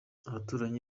abaturanyi